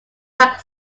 like